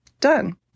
Done